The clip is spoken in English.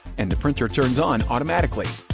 and the printer turns on automatically.